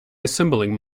assembling